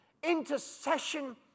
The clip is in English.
intercession